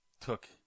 took